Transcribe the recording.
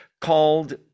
called